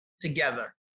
together